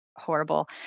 Horrible